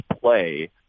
play